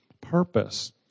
purpose